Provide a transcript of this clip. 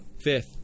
fifth